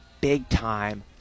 big-time